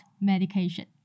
medication